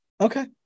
Okay